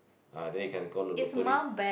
ah then you can go Lopburi